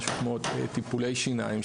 משהו כמו טיפולי שיניים,